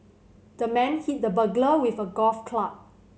the man hit the burglar with a golf club